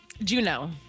Juno